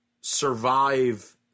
survive